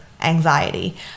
anxiety